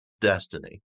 destiny